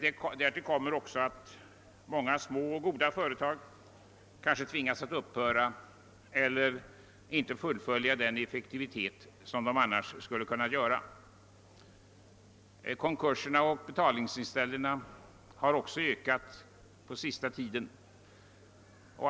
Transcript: Härtill kommer att många små, goda företag kan tvingas att upphöra med sin verksamhet eller att inte kunna arbeta med den effektivitet som de eljest skulle kunna utveckla. Konkurserna och betalningsinställelserna har också ökat på senaste tiden.